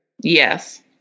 Yes